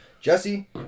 Jesse